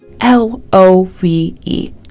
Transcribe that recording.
L-O-V-E